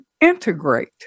integrate